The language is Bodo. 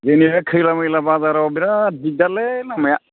जोंनि बे खैला मैला बाजाराव बिराद दिग्दारलै लामाया